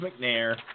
McNair